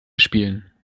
spielen